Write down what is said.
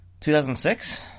2006